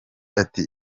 ati